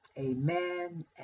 Amen